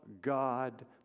God